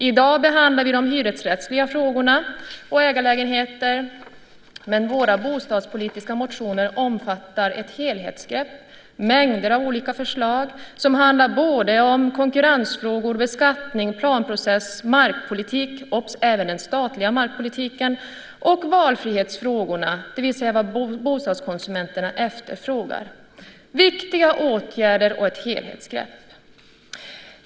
I dag behandlar vi de hyresrättsliga frågorna och frågan om ägarlägenheter, men våra bostadspolitiska motioner omfattar ett helhetsgrepp med mängder av olika förslag som handlar om konkurrensfrågor, beskattning, planprocessen, markpolitik - även den statliga markpolitiken - och valfrihetsfrågorna, det vill säga vad bostadskonsumenterna efterfrågar, viktiga åtgärder och ett helhetsgrepp.